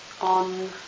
on